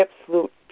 absolute